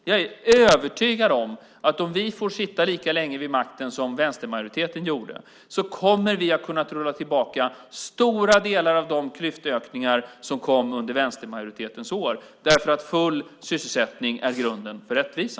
Jag är övertygad om att om vi får sitta lika länge vid makten som vänstermajoriteten gjorde kommer vi att kunna rulla tillbaka stora delar av de klyftökningar som kom under vänstermajoritetens år. Full sysselsättning är grunden för rättvisa.